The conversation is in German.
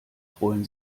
freuen